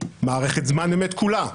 מערכת "זמן אמת" כולה,